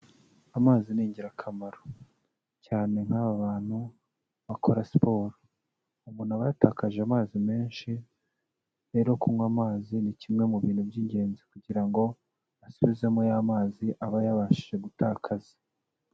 Amazi ni ingirakamaro, cyane nk'aba bantu bakora siporo, umuntu aba yatakaje amazi menshi, rero kunywa amazi ni kimwe mu bintu by'ingenzi kugira ngo asubizemo ya mazi aba yabashije gutakaza.